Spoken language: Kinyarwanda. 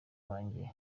wanjye